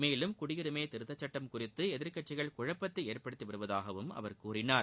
மேலும் குடியுரிமை திருத்தச் சட்டம் குறித்து எதிர்கட்சிகள் குழப்பத்தை ஏற்படுத்தி வருவதாகவும் அவர் கூறினார்